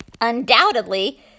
Undoubtedly